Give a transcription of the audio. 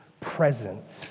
presence